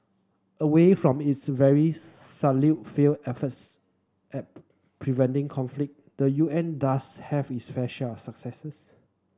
away from its very salient failed efforts at preventing conflict the U N does have its fair share of successes